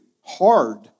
hard